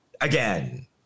again